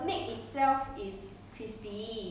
放牛奶还会 crispy 放牛奶就 soggy liao